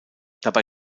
dabei